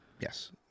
Yes